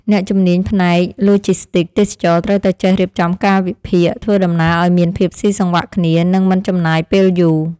អ្នកជំនាញផ្នែកឡូជីស្ទីកទេសចរណ៍ត្រូវចេះរៀបចំកាលវិភាគធ្វើដំណើរឱ្យមានភាពស៊ីសង្វាក់គ្នានិងមិនចំណាយពេលយូរ។